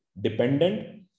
dependent